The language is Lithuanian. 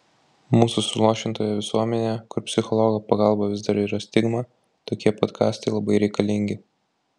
mūsų suluošintoje visuomenėje kur psichologo pagalba vis dar yra stigma tokie podkastai labai reikalingi